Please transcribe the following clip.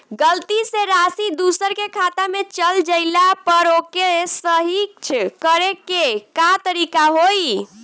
गलती से राशि दूसर के खाता में चल जइला पर ओके सहीक्ष करे के का तरीका होई?